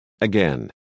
Again